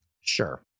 Sure